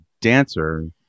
dancer